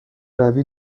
روی